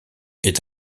est